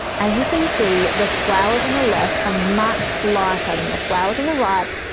as you can see, the flowers on the left, a much lighter than the flowers on the right,